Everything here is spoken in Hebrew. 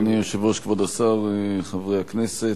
אדוני היושב-ראש, כבוד השר, חברי הכנסת,